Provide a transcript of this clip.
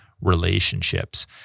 relationships